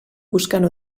buscant